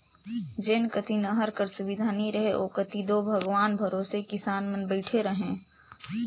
जेन कती नहर कर सुबिधा नी रहें ओ कती दो भगवान भरोसे किसान मन बइठे रहे